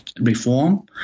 reform